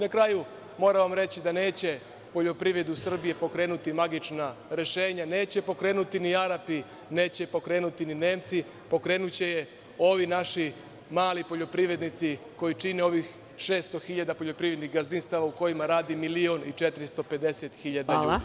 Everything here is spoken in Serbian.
Na kraju, moram vam reći da neće poljoprivredu u Srbiji pokrenuti magična rešenja, neće pokrenuti ni Arapi, neće pokrenuti ni Nemci, pokrenuće je ovi naši mali poljoprivrednici koji čine ovih 600 hiljada poljoprivrednih gazdinstava u kojima radi milion i 450 hiljada ljudi.